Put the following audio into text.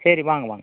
சரி வாங்க வாங்க